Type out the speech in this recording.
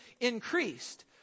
increased